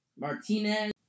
Martinez